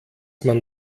man